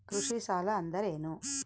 ಕೃಷಿ ಸಾಲ ಅಂದರೇನು?